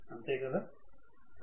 అంతే కదా